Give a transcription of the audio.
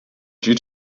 due